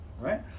right